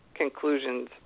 conclusions